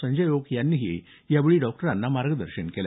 संजय ओक यांनीही यावेळी डॉक्टरांना मार्गदर्शन केलं